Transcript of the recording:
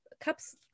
cups